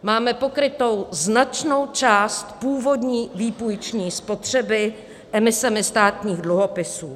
Máme pokrytu značnou část původní výpůjční spotřeby emisemi státních dluhopisů.